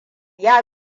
ya